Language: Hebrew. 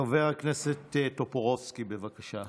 חבר הכנסת טופורובסקי, בבקשה.